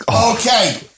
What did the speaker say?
okay